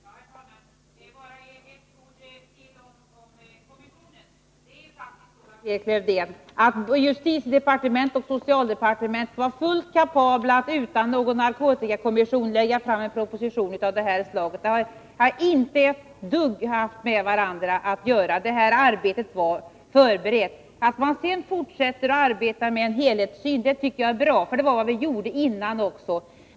Herr talman! Bara några ord om kommissionen. Justitiedepartementet och socialdepartementet var, Lars-Erik Lövdén, fullt kapabla att utan någon narkotikakommission lägga fram en proposition av det här slaget. De har inte ett dugg med varandra att göra. Att man sedan fortsätter att arbeta för att få en helhetssyn tycker jag är bra, för det gjorde vi också.